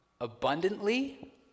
abundantly